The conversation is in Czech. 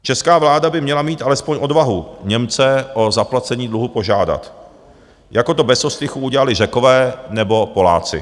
Česká vláda by měla mít alespoň odvahu Němce o zaplacení dluhu požádat, jako to bez ostychu udělali Řekové nebo Poláci.